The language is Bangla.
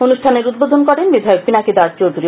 অনুষ্ঠানের উদ্বোধন করেন বিধায়ক পিনাকি দাস চৌধুরি